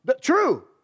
True